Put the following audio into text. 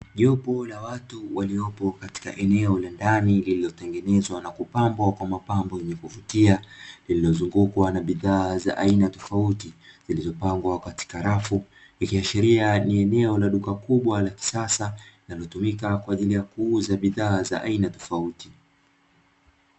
Jopo la watu waliopo katika eneo la ndani liliotengenezwa na kupambwa kwa mapambo yakuvutia, lililozungukwa na bidhaa za aina tofauti, linalotumika kwa ajili ya kuuza bidhaa za aina tofauti.